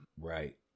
Right